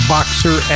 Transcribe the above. Boxer